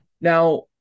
Now